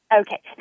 Okay